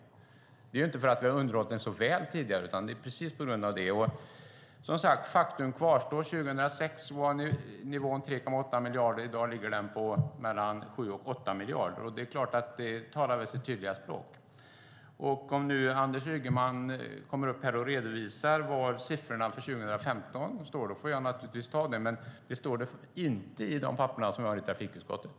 Det är ju inte för att vi har underhållit det så väl tidigare. Faktum kvarstår. År 2006 var nivån 3,8 miljarder. I dag är den mellan 7 miljarder och 8 miljarder. Det talar sitt tydliga språk. Om Anders Ygeman kommer upp och redovisar var siffrorna för 2015 står får jag ta det, men det står inte i de papper vi har i trafikutskottet.